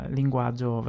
linguaggio